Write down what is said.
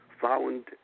found